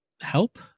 help